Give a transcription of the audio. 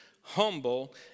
humble